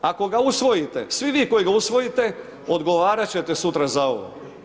Ako ga usvojite, svi vi koji ga usvojite odgovarat ćete sutra za ovo.